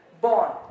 born